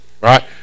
right